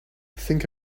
think